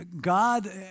God